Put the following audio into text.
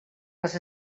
les